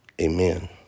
Amen